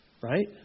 Right